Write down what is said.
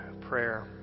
prayer